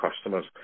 customers